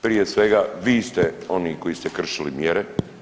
Prije svega vi ste oni koji ste kršili mjere.